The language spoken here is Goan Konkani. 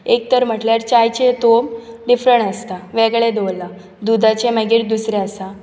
एक तर म्हटल्यार चायचे तोप डिफरन्ट आसतात वेगळे दवरल्ला दुधाचे मागीर दुसरें आसा